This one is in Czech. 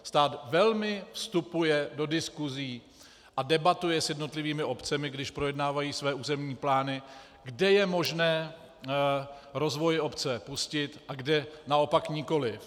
Stát velmi vstupuje do diskusí a debatuje s jednotlivými obcemi, když projednávají své územní plány, kde je možné rozvoj obce pustit a kde naopak nikoliv.